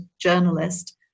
journalist